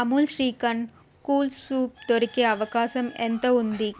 Amul shrikhand cool soup దొరికే అవకాశం ఎంత ఉంది